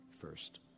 first